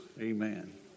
Amen